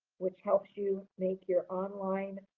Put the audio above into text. which helps you make your online